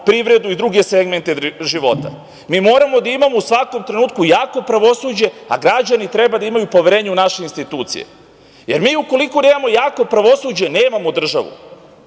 privredu i druge segmente života. Moramo da imamo u svakom trenutku jako pravosuđe, a građani treba da imaju poverenje u naše institucije. Jer, ukoliko nemamo jako pravosuđe, nemamo državu,